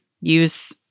use